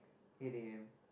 eight a_m